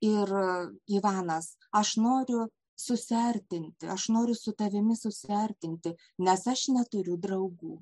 ir ivanas aš noriu susiartinti aš noriu su tavimi susiartinti nes aš neturiu draugų